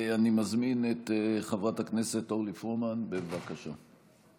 אני מזמין את חברת הכנסת אורלי פרומן, בבקשה.